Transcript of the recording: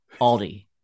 Aldi